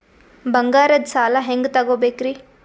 ಬಂಗಾರದ್ ಸಾಲ ಹೆಂಗ್ ತಗೊಬೇಕ್ರಿ?